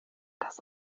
das